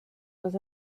was